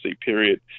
period